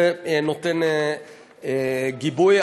זה נותן גיבוי.